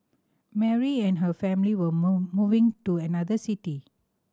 Mary and her family were move moving to another city